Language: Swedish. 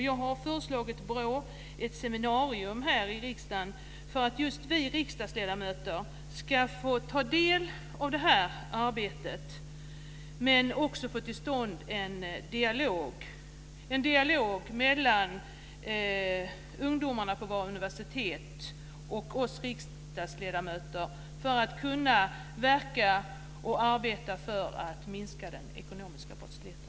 Jag har föreslagit BRÅ att man ska ha ett seminarium här i riksdagen för att just vi riksdagsledamöter ska få ta del av det här arbetet men också för att vi ska få till stånd en dialog mellan ungdomarna på våra universitet och oss riksdagsledamöter för att vi ska kunna verka och arbeta för att minska den ekonomiska brottsligheten.